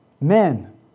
Men